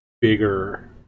bigger